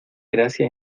gracia